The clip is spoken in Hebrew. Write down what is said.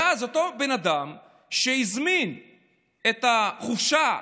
ואז אותו בן אדם שהזמין את החופשה,